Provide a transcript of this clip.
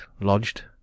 lodged